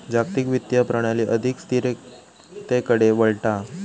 जागतिक वित्तीय प्रणाली अधिक स्थिरतेकडे वळता हा